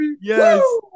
yes